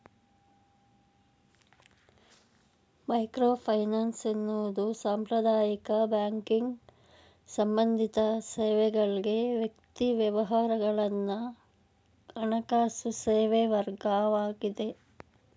microfinance ಎನ್ನುವುದು ಸಾಂಪ್ರದಾಯಿಕ banking ಸಂಬಂಧಿತ ಸೇವೆಗಳ್ಗೆ ವ್ಯಕ್ತಿ ವ್ಯವಹಾರಗಳನ್ನ ಹಣಕಾಸು ಸೇವೆವರ್ಗವಾಗಿದೆ